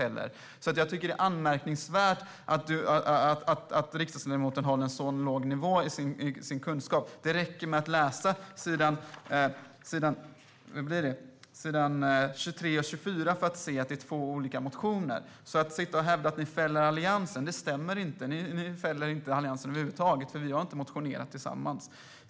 Jag tycker att det är anmärkningsvärt att riksdagsledamoten har en så låg kunskapsnivå. Det räcker med att läsa s. 23 och 24 för att se att det rör sig om två olika motioner. Att hävda att vi fäller Alliansen stämmer inte. Vi fäller inte Alliansen över huvud taget, för vi har inte motionerat gemensamt.